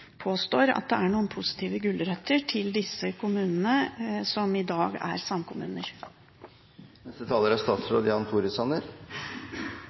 påstår at det er noen positive gulrøtter til disse kommunene som i dag er